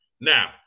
Now